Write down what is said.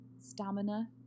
stamina